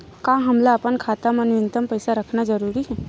का हमला अपन खाता मा न्यूनतम पईसा रखना जरूरी हे?